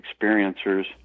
experiencers